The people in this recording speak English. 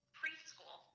preschool